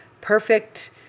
perfect